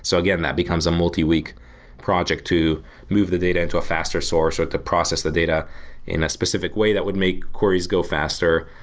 so again, that becomes a multi-week project to move the data into a faster source or to process the data in a specific way that would make quarries go faster.